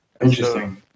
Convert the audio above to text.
Interesting